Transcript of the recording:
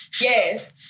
yes